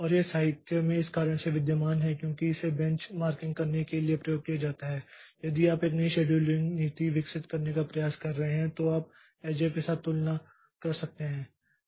और यह साहित्य में इस कारण से विद्यमान है क्योंकि इसे बेंच मार्किंग करने के लिए प्रयोग किया जाता है यदि आप एक नई शेड्यूलिंग नीति विकसित करने का प्रयास कर रहे हैं तो आप एसजेएफ के साथ तुलना कर सकते हैं